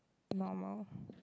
normal